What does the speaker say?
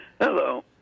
Hello